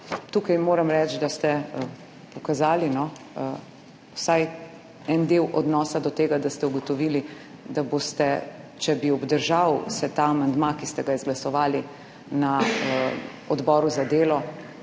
Moram reči, da ste tu pokazali vsaj en del odnosa do tega, da ste ugotovili, da bi, če bi se obdržal ta amandma, ki ste ga izglasovali na Odboru za delo,